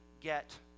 get